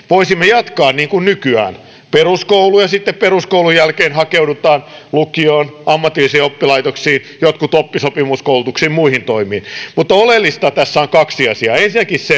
voisimme jatkaa niin kuin nykyään peruskoulu ja sitten peruskoulun jälkeen hakeudutaan lukioon ammatillisiin oppilaitoksiin jotkut oppisopimuskoulutuksiin muihin toimiin mutta oleellista tässä on kaksi asiaa ensinnäkin se